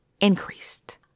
increased